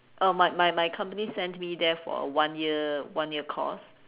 uh my my my company sent me there for a one year one year course